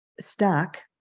stuck